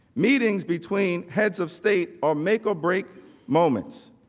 meetings between heads of state are make or break moments.